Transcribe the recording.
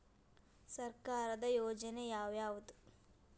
ಸರ್ಕಾರದ ಯೋಜನೆ ಯಾವ್ ಯಾವ್ದ್?